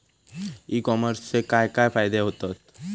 E कॉमर्सचे काय काय फायदे होतत?